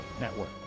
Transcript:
Network